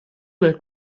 nel